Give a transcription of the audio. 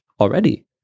already